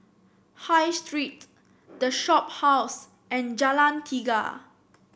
High Street The Shophouse and Jalan Tiga